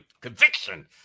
Conviction